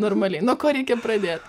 normaliai nuo ko reikia pradėt